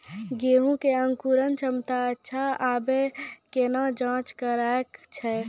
गेहूँ मे अंकुरन क्षमता अच्छा आबे केना जाँच करैय छै?